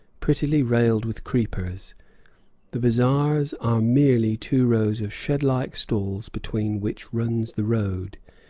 prettily trailed with creepers the bazaars are merely two rows of shed-like stalls between which runs the road.